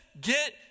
get